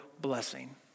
blessing